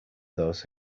those